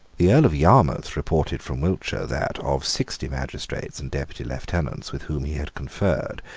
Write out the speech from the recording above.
the earl of yarmouth reported from wiltshire that, of sixty magistrates and deputy lieutenants with whom he had conferred,